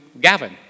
Gavin